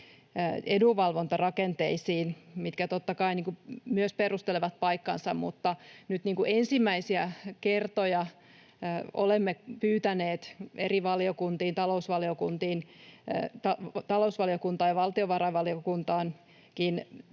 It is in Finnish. edunvalvontarakenteisiin, mitkä totta kai myös perustelevat paikkaansa. Nyt ensimmäisiä kertoja olemme pyytäneet eri valiokuntiin, talousvaliokuntaan ja valtiovarainvaliokuntaankin,